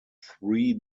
three